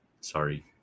Sorry